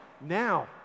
now